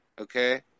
Okay